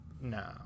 No